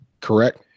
Correct